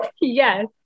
Yes